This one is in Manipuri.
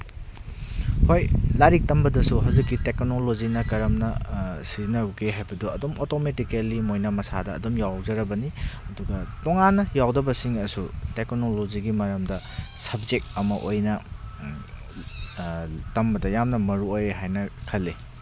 ꯍꯣꯏ ꯂꯥꯏꯔꯤꯛ ꯇꯝꯕꯗꯁꯨ ꯍꯧꯖꯤꯛꯀꯤ ꯇꯦꯛꯀꯅꯣꯂꯣꯖꯤꯅ ꯀꯔꯝꯅ ꯁꯤꯖꯤꯟꯅꯕꯒꯦ ꯍꯥꯏꯕꯗꯣ ꯑꯗꯨꯝ ꯑꯣꯇꯣꯃꯦꯇꯤꯀꯦꯂꯤ ꯃꯣꯏꯅ ꯃꯁꯥꯗ ꯑꯗꯨꯝ ꯌꯥꯎꯖꯔꯕꯅꯤ ꯑꯗꯨꯒ ꯇꯣꯉꯥꯟꯅ ꯌꯥꯎꯗꯕꯁꯤꯡꯅꯁꯨ ꯇꯦꯛꯀꯣꯅꯣꯂꯣꯖꯤꯒꯤ ꯃꯔꯝꯗ ꯁꯞꯖꯦꯛ ꯑꯃ ꯑꯣꯏꯅ ꯇꯝꯕꯗ ꯌꯥꯝꯅ ꯃꯔꯨ ꯑꯣꯏꯌꯦ ꯍꯥꯏꯅ ꯈꯜꯂꯤ